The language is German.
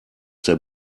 der